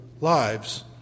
lives